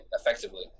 effectively